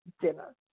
dinner